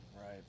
Right